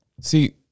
See